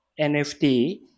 nft